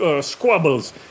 squabbles